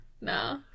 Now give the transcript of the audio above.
No